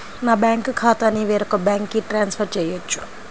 నా బ్యాంక్ ఖాతాని వేరొక బ్యాంక్కి ట్రాన్స్ఫర్ చేయొచ్చా?